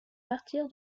martyr